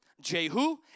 Jehu